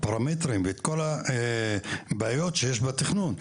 הפרמטרים וכל הבעיות שיש בתכנון,